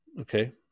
okay